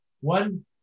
one